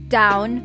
down